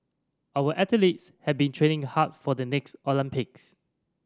our athletes have been training hard for the next Olympics